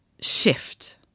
shift